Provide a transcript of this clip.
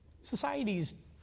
Societies